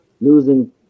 losing